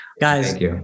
Guys